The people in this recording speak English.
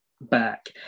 back